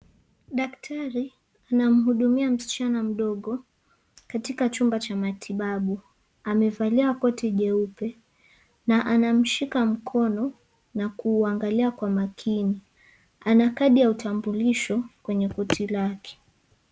Daktari anamhudumia msichana mdogo, katika chumba cha matibabu. Amevalia koti jeupe na anamshika mkono na kuuangalia kwa makini. Ana kadi ya utambulisho kwenye koti lake.